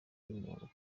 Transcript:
y’umuntu